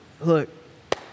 look